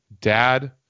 dad